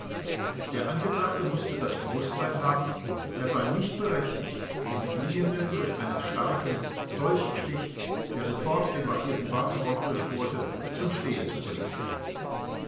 der angeklagte mußte das bewußtsein haben er sei nicht berechtigt den fliehenden durch einen starken dolchstich der sofort den wattierten waffenrock durchbohrte zum stehen zu bringen